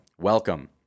welcome